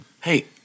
hey